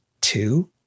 two